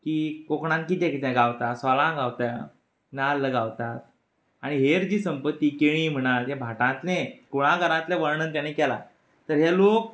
की कोंकणांत कितें कितें गावता मसाला गावता नाल्ल गावता आनी हेर जी संपत्ती केळीं म्हणां जें भाटांतलें कुळागरांतलें वर्णन तेणें केलें तर हे लोक